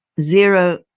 zero